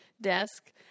desk